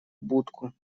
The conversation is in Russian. будку